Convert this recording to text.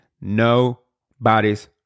nobody's